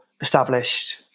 established